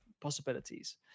possibilities